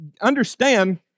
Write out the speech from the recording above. understand